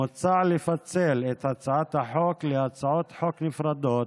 מוצע לפצל את הצעת החוק להצעות חוק נפרדות